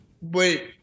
wait